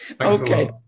Okay